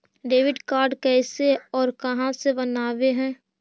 Debit card कैसे और कहां से बनाबे है?